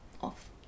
off